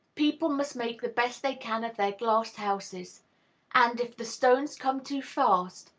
people must make the best they can of their glass houses and, if the stones come too fast,